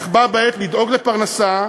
אך בה-בעת לדאוג לפרנסה,